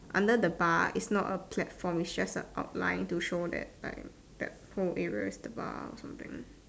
under the bar is not a platform is just a outline to show that like that whole area is the bar or something